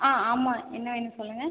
ஆ ஆமாம் என்ன வேணும் சொல்லுங்கள்